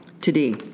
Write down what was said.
today